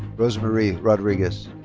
rosmery rodriguez.